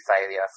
failure